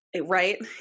right